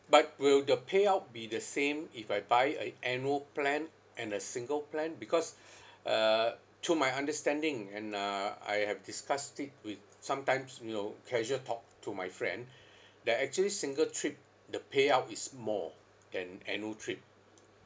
but will the payout be the same if I buy a annual plan and a single plan because uh to my understanding and uh I have discussed it with sometimes you know casual talk to my friend that actually single trip the payout is more than annual trip